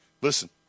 Listen